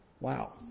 Wow